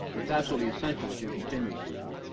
it's absolutely essential that you continue, teacher.